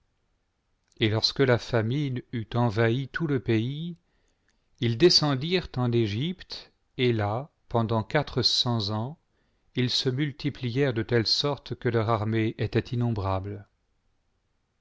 et lorsque la famine eut envahi tout le pays ils descendirent en egypte et là pendant quatre cents ans ils se multiplièrent de telle sorte que leur armée était innombrable